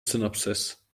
synopsis